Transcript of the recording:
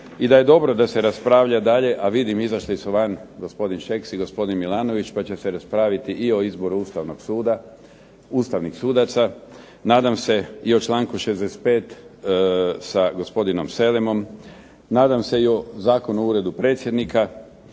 i da je dobro da se raspravlja dalje, a vidim izašli su van i gospodin Šeks i gospodin Milanović, pa će se raspraviti i o izboru ustavnih sudaca, i nadam se o članku 65. sa gospodinom Selemom, nadam se i o Zakonu o Uredu predsjednika,